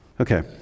Okay